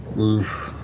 oof.